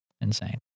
insane